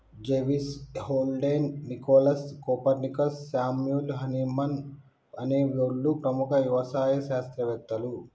జెవిస్, Haldane, Nicholas, Copernicus, Samuel Hahnemann అనే ఓళ్ళు ప్రముఖ యవసాయ శాస్త్రవేతలు